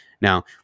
Now